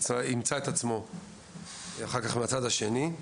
ימצא עצמו אחר כך בצד השני.